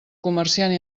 comerciant